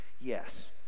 Yes